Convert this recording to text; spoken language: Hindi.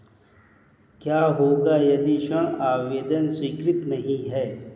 क्या होगा यदि ऋण आवेदन स्वीकृत नहीं है?